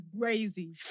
crazy